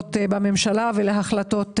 שמתקבלות בממשלה ולהחלטות ממשלה,